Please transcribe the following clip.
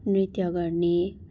नृत्य गर्ने